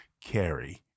carry